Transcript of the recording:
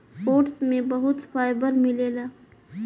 oats में बहुत fibre मिलेला